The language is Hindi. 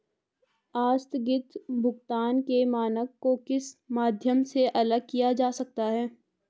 आस्थगित भुगतान के मानक को किस माध्यम से अलग किया जा सकता है?